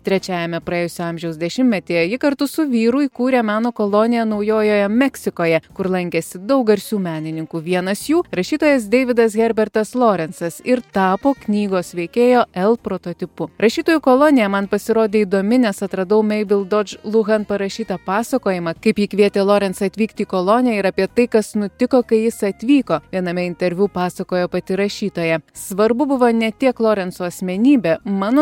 trečiajame praėjusio amžiaus dešimtmetyje ji kartu su vyru įkūrė meno koloniją naujojoje meksikoje kur lankėsi daug garsių menininkų vienas jų rašytojas deividas herbertas lorencas ir tapo knygos veikėjo el prototipu rašytojų kolonija man pasirodė įdomi nes atradau meibel dodž luchan parašytą pasakojimą kaip ji kvietė lorencą atvykti į koloniją ir apie tai kas nutiko kai jis atvyko viename interviu pasakojo pati rašytoja svarbu buvo ne tiek lorenco asmenybė mano